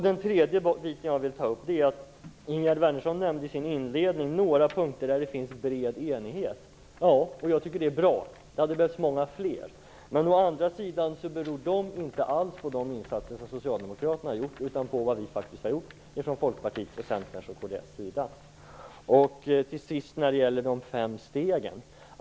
Den tredje saken som jag vill ta upp är följande. Ingegärd Wärnersson nämnde i sin inledning några punkter där det finns bred enighet. Jag tycker att det är bra. Det hade behövts många fler. Men det beror inte alls på de insatser som Socialdemokratarna har gjort utan på vad vi har gjort från Folkpartiets, Centerns och kds sida. Till sist till de fem betygsstegen.